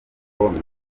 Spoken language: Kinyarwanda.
murongo